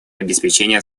обеспечения